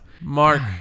Mark